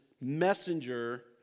messenger